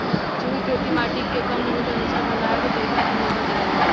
सूखी खेती माटी के कम नमी के अनुसार भंडारण के तरीका पर निर्भर करेला